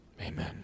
Amen